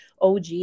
OG